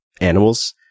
animals